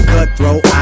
Cutthroat